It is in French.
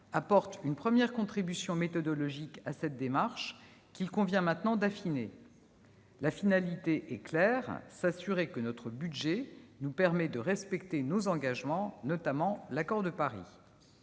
apporte une première contribution méthodologique à cette démarche, qu'il convient maintenant d'affiner. La finalité est claire : nous assurer que notre budget nous permet de respecter nos engagements, notamment l'accord de Paris.